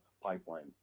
pipeline